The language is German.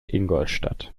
ingolstadt